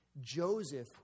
Joseph